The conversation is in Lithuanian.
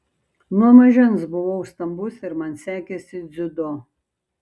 nuo mažens buvau stambus ir man sekėsi dziudo